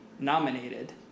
nominated